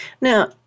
Now